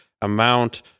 amount